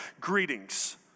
greetings